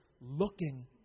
looking